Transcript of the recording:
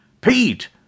Pete